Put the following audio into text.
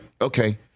okay